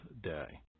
day